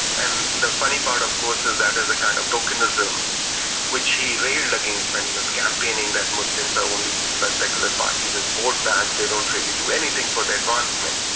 and the funny part of course is that is the kind of tokenism which he railed against when he was campaigning, that muslims are only used by secular parties as vote banks, they don't really do anything for their advancement.